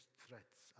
threats